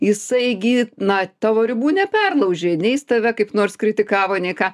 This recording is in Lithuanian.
jisai gi na tavo ribų neperlaužė nei jis tave kaip nors kritikavo nei ką